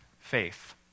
faith